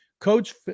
coach